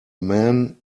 man